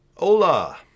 Hola